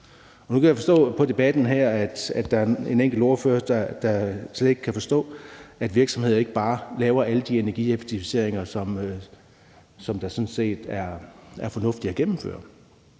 Nu kan jeg forstå på debatten her, at der er en enkelt ordfører, der slet ikke kan forstå, at virksomheder ikke bare laver alle de energieffektiviseringer, som det sådan set er fornuftigt at gennemføre,